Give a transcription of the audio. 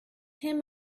him